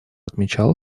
отмечал